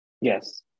Yes